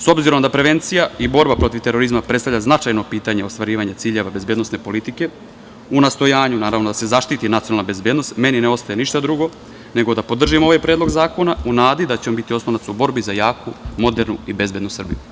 S obzirom da prevencija i borba protiv terorizma predstavlja značajno pitanje ostvarivanje ciljeva bezbednosne politike, u nastojanju da se zaštiti bezbednost, meni ne ostaje ništa drugo, nego da podržim ovaj predlog zakona u nadi da će biti oslonac u borbi za jaku, modernu i bezbednu Srbiju.